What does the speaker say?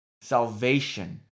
salvation